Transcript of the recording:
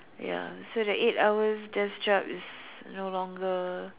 ya so that eight hours that's job is no longer